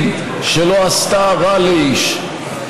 אם, שלא עשתה רע לאיש.